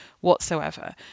whatsoever